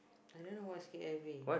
I don't know what's K_I_V